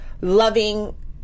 loving